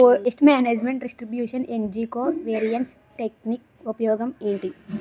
paste management distribution ఏజ్జి covariance technique ఉపయోగం ఏంటి